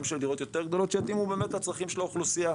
גם של דירות יותר גדולות שיתאימו באמת לצרכים של האוכלוסייה.